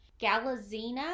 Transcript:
Galazina